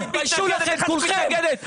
תתביישו לכם כולכם.